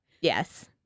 Yes